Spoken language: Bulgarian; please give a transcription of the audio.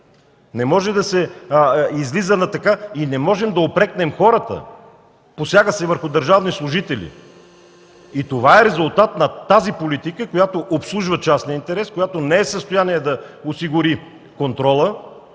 Не може да се палят коли, а и не можем да упрекнем хората. Посяга се върху държавни служители. Това е резултат на тази политика, която обслужва частния интерес, която не е в състояние да осигури контрола